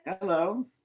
Hello